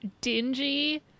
dingy